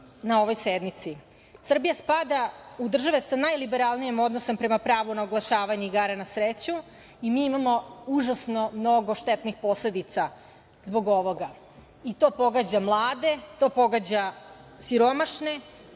na ovoj sednici. Srbija spada u države sa najliberalnijim odnosnom prema pravu na oglašavanje igara na sreću i mi imamo užasno mnogo štetnih posledica zbog ovoga. To pogađa mlade, to pogađa siromašne.